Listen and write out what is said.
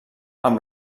amb